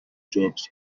jobs